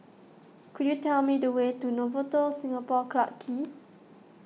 could you tell me the way to Novotel Singapore Clarke Quay